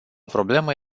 problemă